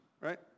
right